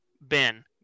Ben